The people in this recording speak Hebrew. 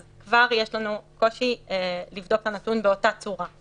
אז כבר יש לנו קושי לבדוק את הנתון באותה צורה.